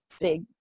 big